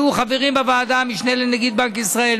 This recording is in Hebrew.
יהיו חברים בוועדה המשנה לנגיד בנק ישראל,